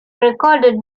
recorded